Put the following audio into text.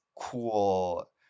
cool